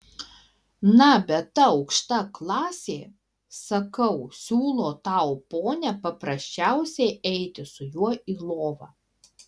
na bet ta aukšta klasė sakau siūlo tau ponia paprasčiausiai eiti su juo į lovą